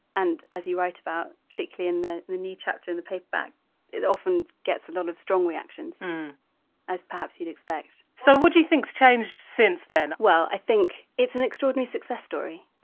and as you write about particularly in the the new chapter the paperback it often gets a lot of strong reactions as perhaps you'd expect so what do you think's changed since then well i think it's an extraordinary success story.